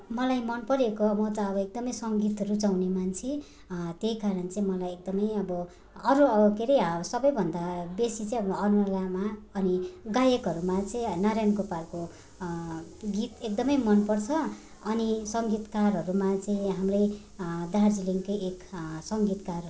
मलाई मन परेको म त अब एकदमै सङ्गीत रुचाउने मान्छे त्यही कारण चाहिँ मलाई एकदमै अब अरू के अरे सबैभन्दा बेसी चाहिँ अरुणा लामा अनि गायकहरूमा चाहिँ नारायण गोपालको गीत एकदमै मन पर्छ अनि सङ्गीतकारहरूमा चाहिँ हाम्रै दार्जिलिङकै एक सङ्गीतकार